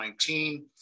2019